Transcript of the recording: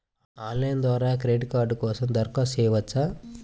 Online ద్వారా credit card కోసం దరఖాస్తు చేయవచ్చా?